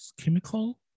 chemical